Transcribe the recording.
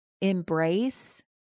embrace